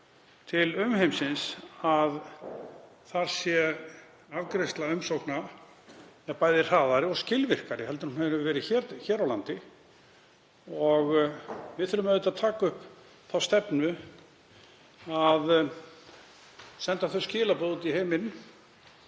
til umheimsins að þar sé afgreiðsla umsókna bæði hraðari og skilvirkari en hún hefur verið hér á landi. Við þurfum að taka upp þá stefnu og senda þau skilaboð út í heiminn